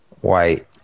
white